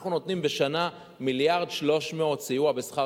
אנחנו נותנים בשנה 1.3 מיליארד סיוע בשכר